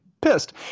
pissed